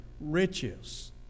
riches